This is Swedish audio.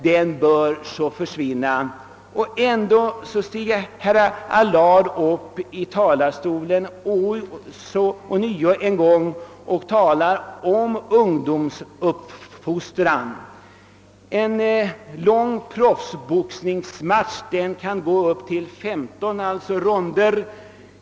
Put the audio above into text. Den bör försvinna.» Ändå stiger herr Allard upp i talarstolen för att ännu en gång tala om ungdomens fostran. En lång proffsboxningsmatch kan gå upp till 15 ronder.